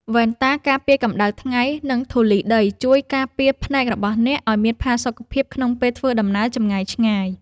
វ៉ែនតាការពារកម្ដៅថ្ងៃ និងធូលីដី ជួយការពារភ្នែករបស់អ្នកឱ្យមានផាសុកភាពក្នុងពេលធ្វើដំណើរចម្ងាយឆ្ងាយ។